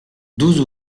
douze